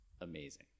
amazing